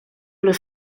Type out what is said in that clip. los